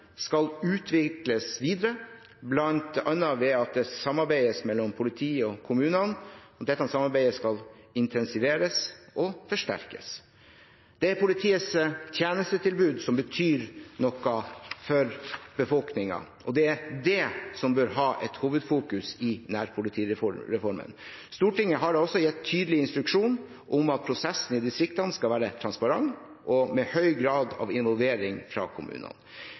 skal utvikles videre, bl.a. ved at det samarbeides mellom politiet og kommunene, og dette samarbeidet skal intensiveres og forsterkes. Det er politiets tjenestetilbud som betyr noe for befolkningen, og det er det som bør være i hovedfokus i nærpolitireformen. Stortinget har også gitt tydelig instruksjon om at prosessen i distriktene skal være transparent og med høy grad av involvering fra kommunene.